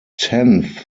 tenth